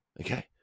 Okay